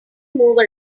move